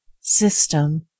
System